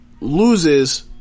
loses